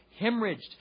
hemorrhaged